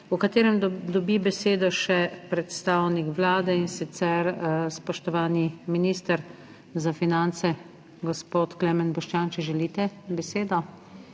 v katerem dobi besedo še predstavnik Vlade, in sicer spoštovani minister za finance gospod Klemen Boštjančič. Želite besedo?